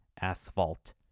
asphalt